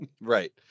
Right